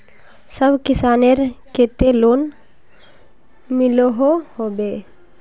सब किसानेर केते लोन मिलोहो होबे?